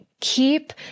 Keep